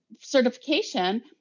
certification